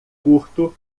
curto